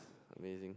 amazing